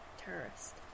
terrorist